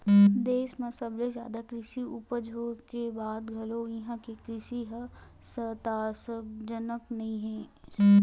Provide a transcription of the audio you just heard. देस म सबले जादा कृषि उपज होए के बाद घलो इहां के कृषि ह संतासजनक नइ हे